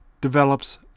develops